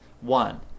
One